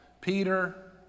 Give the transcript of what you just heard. Peter